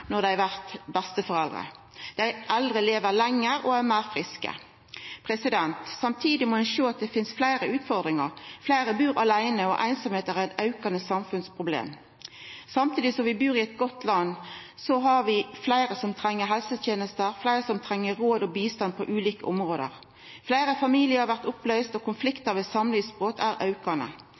når dei blir besteforeldre, både kvinner og menn. Dei eldre lever lenger og er meir friske. Samstundes må ein sjå at det finst fleire utfordringar. Fleire bur aleine, og einsemd er et aukande samfunnsproblem. Samstundes som vi bur i eit godt land, har vi fleire som treng helsetenester, og fleire som treng råd og bistand på ulike område. Fleire familiar blir oppløyste, og talet på konfliktar ved samlivsbrot er aukande.